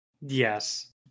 yes